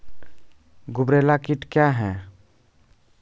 गुबरैला कीट क्या हैं?